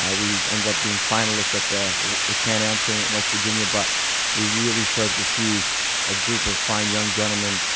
ah we ended up being finalists at the ah canam tournament in west virginia but we really started to see a group of fine young gentlemen